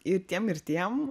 ir tiem ir tiem